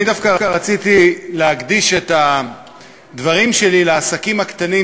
אני דווקא רציתי להקדיש את הדברים שלי לעסקים הקטנים,